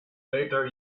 later